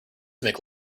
make